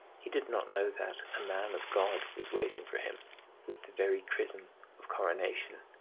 he did not know that a man of god was waiting for him with the very chrism of coronation,